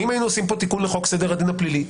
אם היינו עושים פה תיקון לחוק סדר הדין הפלילי,